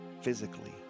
physically